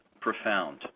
profound